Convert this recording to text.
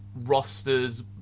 rosters